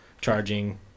charging